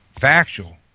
factual